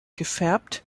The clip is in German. gefärbt